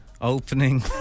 opening